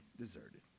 deserted